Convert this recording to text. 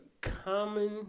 Common